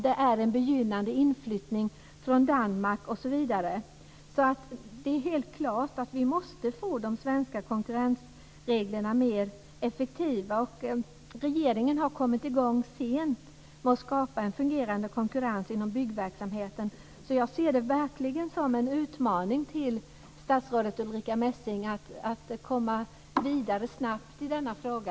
Det är en begynnande inflyttning från Danmark osv. Det är helt klart att vi måste få mer effektiva svenska konkurrensregler. Regeringen har kommit i gång sent med att skapa en fungerande konkurrens inom byggverksamheten. Jag ser det verkligen som en utmaning för statsrådet Ulrica Messing att komma vidare snabbt i denna fråga.